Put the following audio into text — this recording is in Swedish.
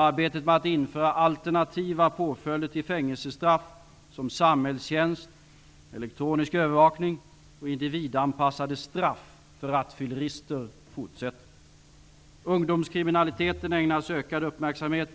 Arbetet med att införa alternativa påföljder till fängelsestraff som samhällstjänst, elektronisk övervakning och individanpassade straff för rattfyllerister fortsätter. Ungdomskriminaliteten ägnas ökad uppmärksamhet.